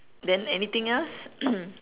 then anything else